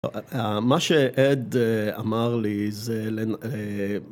מה שאד אמר לי זה...